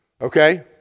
Okay